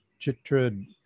Chitra